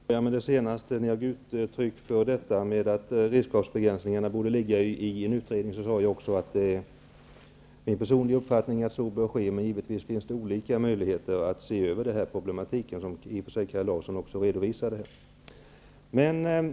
Fru talman! Låt mig börja med det senaste. När jag gav uttryck för att frågan om redskapsbegränsningarna borde ligga i en utredning sade jag också att det är min personliga uppfattning att så bör ske, men givetvis finns det olika möjligheter att se över den här problematiken, som Kaj Larsson i och för sig också redovisade.